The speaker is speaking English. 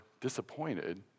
disappointed